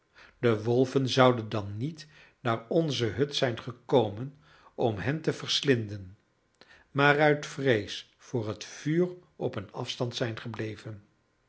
de wolven zouden dan niet naar onze hut zijn gekomen om hen te verslinden maar uit vrees voor het vuur op een afstand zijn gebleven